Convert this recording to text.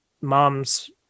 mom's